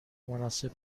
مناسب